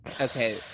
Okay